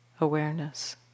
awareness